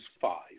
five